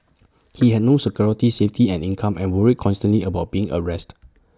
he had no security safety and income and worried constantly about being arrested